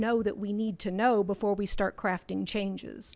know that we need to know before we start crafting changes